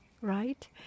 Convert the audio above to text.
Right